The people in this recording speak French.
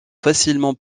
facilement